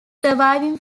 surviving